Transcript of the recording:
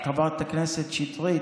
אבל חברת הכנסת שטרית,